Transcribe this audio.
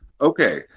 Okay